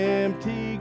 empty